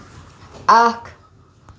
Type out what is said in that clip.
اکھ